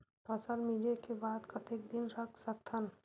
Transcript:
फसल मिंजे के बाद कतेक दिन रख सकथन?